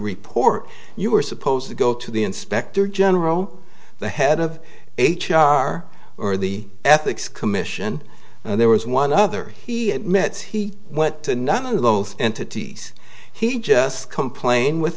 report you were supposed to go to the inspector general the head of h r or the ethics commission there was one other he admits he what none of those entities he just complain with